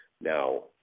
Now